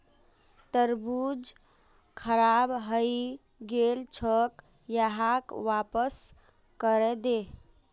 तरबूज खराब हइ गेल छोक, यहाक वापस करे दे